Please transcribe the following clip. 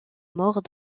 mort